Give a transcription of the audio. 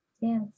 Yes